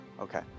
Okay